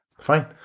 fine